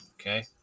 Okay